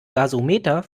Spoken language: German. gasometer